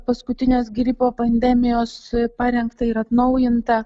paskutinės gripo pandemijos parengtą ir atnaujintą